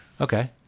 Okay